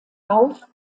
auf